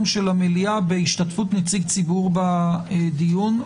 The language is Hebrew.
המליאה בהשתתפות נציג ציבור בדיון.